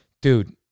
dude